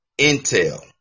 intel